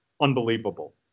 unbelievable